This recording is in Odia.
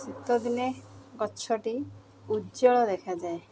ଶୀତଦିନେ ଗଛଟି ଉଜ୍ଜ୍ୱଳ ଦେଖାଯାଏ